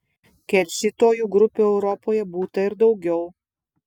keršytojų grupių europoje būta ir daugiau